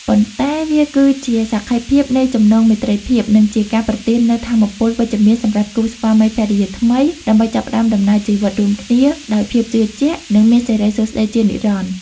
ប៉ុន្តែវាគឺជាសក្ខីភាពនៃចំណងមេត្រីភាព និងជាការប្រទាននូវថាមពលវិជ្ជមានសម្រាប់គូស្វាមីភរិយាថ្មី ដើម្បីចាប់ផ្តើមដំណើរជីវិតរួមគ្នាដោយភាពជឿជាក់ និងមានសិរីសួស្តីជានិរន្តរ៍។